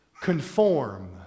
Conform